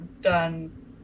done